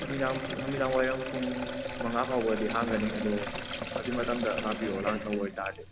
ꯅꯨꯃꯤꯗꯥꯡ ꯅꯨꯃꯤꯗꯥꯡ ꯋꯥꯏꯔꯝ ꯄꯨꯡ ꯃꯪꯉꯥ ꯐꯥꯎꯕꯗꯤ ꯍꯥꯡꯒꯅꯤ ꯑꯗꯣ ꯑꯗꯨꯒꯤ ꯃꯇꯝꯗ ꯂꯥꯛꯄꯤꯔꯣ ꯂꯥꯛꯇꯣꯏ ꯑꯣꯏ ꯇꯥꯔꯥꯗꯤ